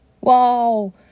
Wow